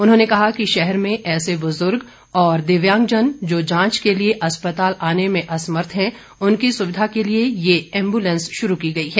उन्होंने कहा कि शहर में ऐसे बुजुर्ग और दिव्यांगजन जो जांच के लिए अस्पताल आने में असमर्थ है उनकी सुविधा के लिए ये एम्बुलेंस शुरू की गई है